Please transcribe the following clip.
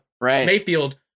Mayfield